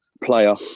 player